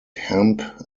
hemp